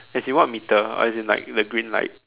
as in what meter as in like the green light